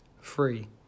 free